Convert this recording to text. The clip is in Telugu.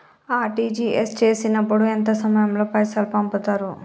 ఆర్.టి.జి.ఎస్ చేసినప్పుడు ఎంత సమయం లో పైసలు పంపుతరు?